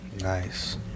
Nice